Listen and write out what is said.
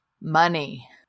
money